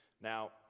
Now